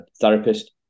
therapist